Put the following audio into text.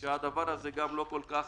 -- כי הדבר הזה גם לא כל כך